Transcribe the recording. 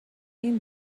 این